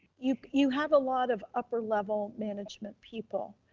you you have a lot of upper level management people,